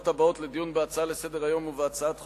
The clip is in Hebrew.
הבאות לדיון בהצעה לסדר-היום ובהצעת חוק,